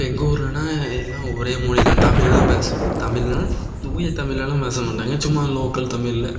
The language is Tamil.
இப்போ எங்கள் ஊர்ல எல்லாம் ஒரே மொழி தான் தமிழ் தான் பேசுவாங்க தமிழ்லனா தூய தமிழ்லலாம் பேச மாட்டாங்க சும்மா லோக்கல் தமிழில்